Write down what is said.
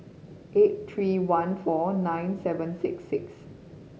eight three one four nine seven six six